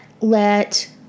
let